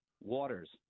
waters